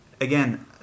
again